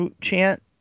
chant